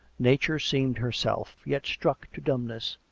nature seemed herself, yet struck to dumbness.